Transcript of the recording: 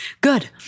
good